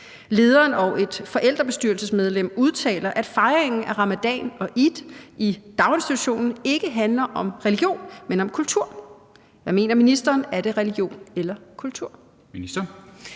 Lederen og et forældrebestyrelsesmedlem udtaler, at fejringen af ramadan og eid i daginstitutionen ikke handler om religion, men om kultur. Hvad mener ministeren – er det religion eller kultur? Kl.